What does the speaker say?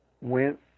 went